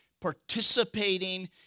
participating